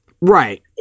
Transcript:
Right